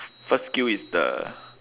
first skill is the